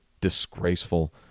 disgraceful